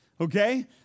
okay